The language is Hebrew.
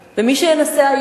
אני רוצה לתת לכם קצת מספרים.